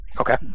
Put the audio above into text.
Okay